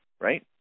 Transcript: right